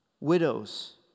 Widows